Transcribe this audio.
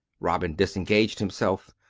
robin disengaged himself.